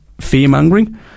fear-mongering